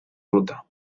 ruta